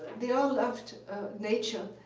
they all loved nature.